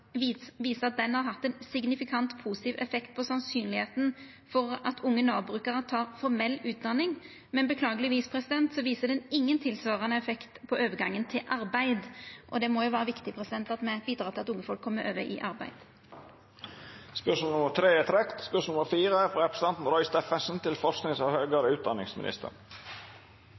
har hatt ein signifikant positiv effekt på kor sannsynleg det er at unge Nav-brukarar tek formell utdanning, men diverre viser evalueringa ingen tilsvarande effekt for overgangen til arbeid. Og det må jo vera viktig at me bidreg til at unge kjem over i arbeid. Dette spørsmålet er trekt.